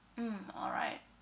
mm alright